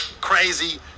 crazy